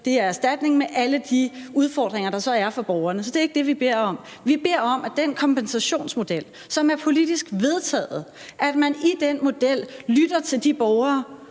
være erstatning med alle de udfordringer, der så er for borgerne. Så det er ikke det, vi beder om. Vi beder om, at man i forhold til den kompensationsmodel, som er politisk vedtaget, lytter til de borgere,